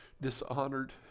dishonored